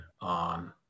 on